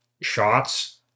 shots